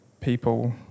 people